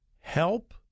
Help